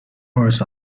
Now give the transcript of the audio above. earth